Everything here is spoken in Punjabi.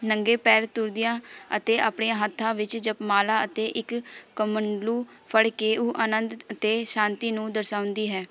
ਨੰਗੇ ਪੈਰ ਤੁਰਦਿਆਂ ਅਤੇ ਆਪਣੇ ਹੱਥਾਂ ਵਿੱਚ ਜਪਮਾਲਾ ਅਤੇ ਇੱਕ ਕਮੰਡਲੂ ਫੜ ਕੇ ਉਹ ਅਨੰਦ ਅਤੇ ਸ਼ਾਂਤੀ ਨੂੰ ਦਰਸਾਉਂਦੀ ਹੈ